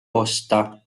osta